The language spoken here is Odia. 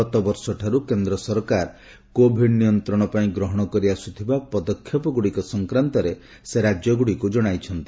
ଗତବର୍ଷ ଠାରୁ କେନ୍ଦ୍ର ସରକାର କୋବିଡର ନିୟନ୍ତ୍ରଣ ପାଇଁ ଗ୍ରହଣ କରି ଆସୁଥିବା ପଦକ୍ଷେପଗୁଡିକ ସଂକ୍ରାନ୍ତରେ ସେ ରାଜ୍ୟଗୁଡିକୁ ଜଣାଇଛନ୍ତି